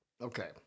Okay